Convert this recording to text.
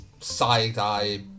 side-eye